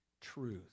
truth